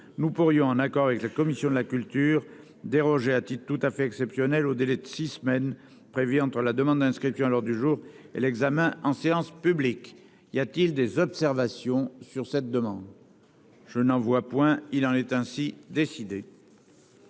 nous pourrions, en accord avec la commission de la culture, déroger à titre tout à fait exceptionnel au délai de six semaines prévu entre la demande d'inscription à l'ordre du jour et l'examen en séance publique. Y a-t-il des observations ?... Il en est ainsi décidé.